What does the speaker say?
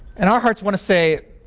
and our hearts want to say,